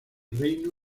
reino